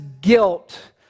guilt